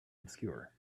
obscure